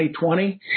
2020